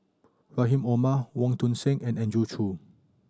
Rahim Omar Wong Tuang Seng and Andrew Chew